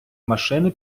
машини